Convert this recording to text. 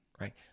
Right